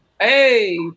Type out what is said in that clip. hey